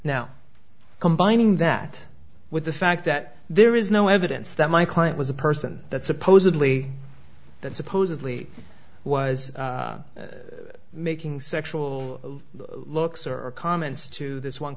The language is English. now combining that with the fact that there is no evidence that my client was a person that supposedly that supposedly was making sexual looks or comments to this one